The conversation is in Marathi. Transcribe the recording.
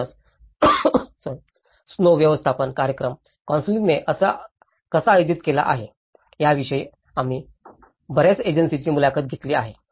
म्हणूनच स्नोव व्यवस्थापन कार्यक्रम कौन्सिलने कसा आयोजित केला आहे याविषयी आम्ही बर्याच एजन्सींची मुलाखत घेतली आहे